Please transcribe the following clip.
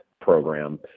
program